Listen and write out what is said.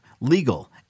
legal